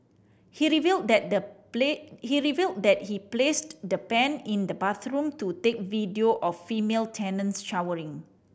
he revealed that the he revealed that he placed the pen in the bathroom to take video of female tenants showering